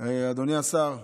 אדוני השר,